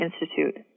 Institute